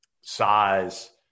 size